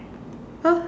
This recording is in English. !huh!